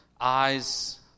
eyes